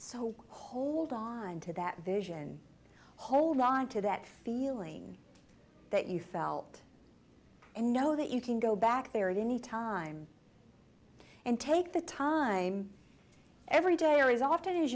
so hold on to that vision hold on to that feeling that you felt and know that you can go back there at any time and take the time every day or as often as